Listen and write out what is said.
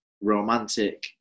romantic